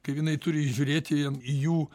kaip jinai turi žiūrėti į jų